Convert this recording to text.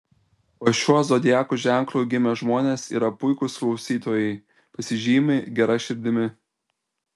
po šiuo zodiako ženklu gimę žmonės yra puikūs klausytojai pasižymi gera širdimi